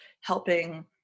helping